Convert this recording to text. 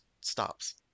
stops